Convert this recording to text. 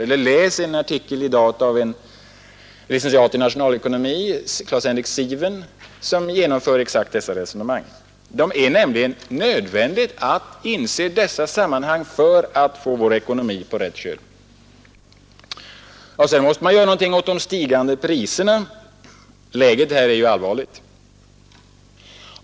Eller läs en artikel i dag av en licentiat i nationalekonomi, Claes-Henrik Siven, som genomför just dessa resonemang. Det är nämligen nödvändigt att man inser dessa sammanhang för att kunna få vår ekonomi på rätt köl. Man måste också göra något åt de stigande priserna. Läget är allvarligt.